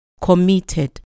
committed